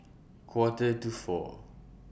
Quarter to four